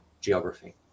geography